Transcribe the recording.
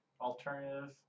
alternative